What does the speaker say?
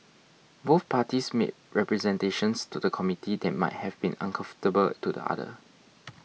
both parties made representations to the committee that might have been uncomfortable to the other